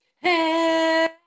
Hey